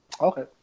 Okay